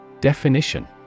Definition